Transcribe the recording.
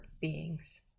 beings